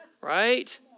right